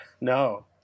no